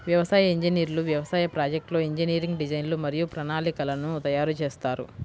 వ్యవసాయ ఇంజనీర్లు వ్యవసాయ ప్రాజెక్ట్లో ఇంజనీరింగ్ డిజైన్లు మరియు ప్రణాళికలను తయారు చేస్తారు